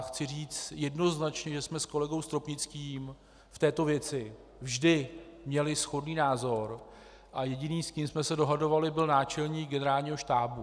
Chci říci jednoznačně, že jsme s kolegou Stropnickým v této věci vždy měli shodný názor a jediný, s kým jsme se dohadovali byl náčelník Generálního štábu.